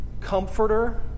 comforter